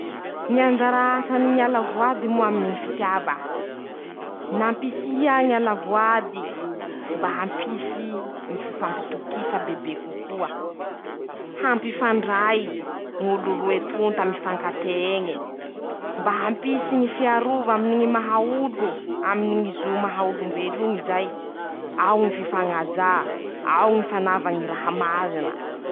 Ñy anjara asany ñy ala-voady moa aminy ñy fitiava: -Nampisia ñy ala-voady mba hampisy ñy fifampitokisa bebe kokoa. -Hampifandray ñ'olo roe tonta mifankat'eñy. -Mba hampisy ñy fiarova aminy ñy maha olo, aminy zo maha olombeloñy zay, ao ñy fifañajà, ao ñy fanava ñy raha marina.